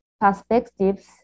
perspectives